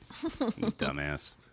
Dumbass